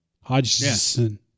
Hodgson